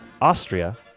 Austria